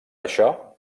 això